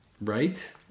right